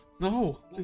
No